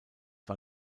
war